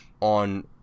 on